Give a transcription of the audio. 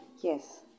Yes